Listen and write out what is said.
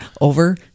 over